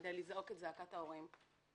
כדי לזעוק את זעקת ההורים.